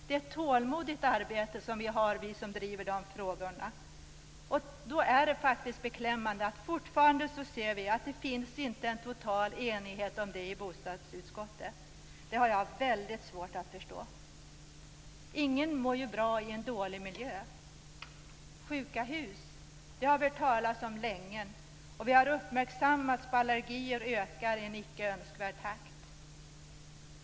Det är ett tålmodigt arbete vi har vi som driver de frågorna. Det är faktiskt beklämmande att fortfarande se att det inte finns total enighet om detta i bostadsutskottet. Det har jag väldigt svårt att förstå. Ingen mår ju bra i en dålig miljö. Sjuka hus har vi hört talas om länge. Vi har uppmärksammats på att allergier ökar i en icke önskvärd takt.